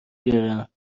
بیارم